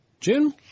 June